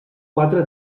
quatre